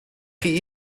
chi